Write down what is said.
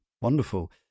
Wonderful